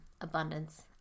abundance